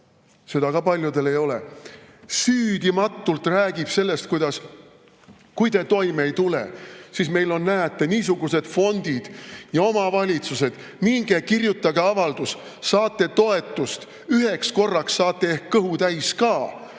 Seda ka paljudel ei ole. Süüdimatult räägib sellest: "Kui te toime ei tule, siis meil on, näete, niisugused fondid ja omavalitsused, minge kirjutage avaldus, saate toetust. Üheks korraks saate ehk kõhu täis ka,